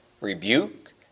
rebuke